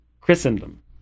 Christendom